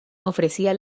ofrecía